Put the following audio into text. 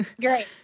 Great